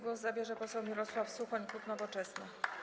Głos zabierze poseł Mirosław Suchoń, klub Nowoczesna.